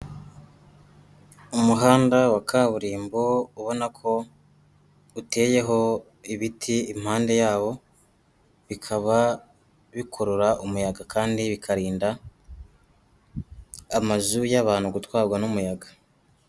Umuhanda wa kaburimbo ubona ko, uteyeho ibiti impande yawo, bikaba bikurura umuyaga kandi bikarinda, amazu y'abantu gutwarwa n'umuyaga.